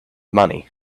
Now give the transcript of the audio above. money